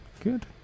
good